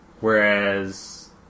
whereas